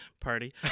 party